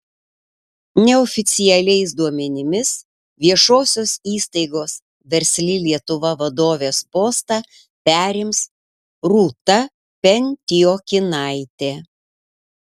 neoficialiais duomenimis viešosios įstaigos versli lietuva vadovės postą perims rūta pentiokinaitė